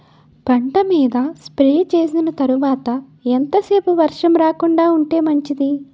పంట మీద స్ప్రే చేసిన తర్వాత ఎంత సేపు వర్షం రాకుండ ఉంటే మంచిది?